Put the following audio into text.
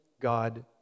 God